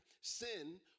Sin